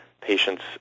patients